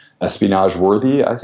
espionage-worthy